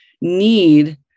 need